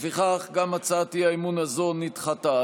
לפיכך, גם הצעת האי-אמון הזאת נדחתה.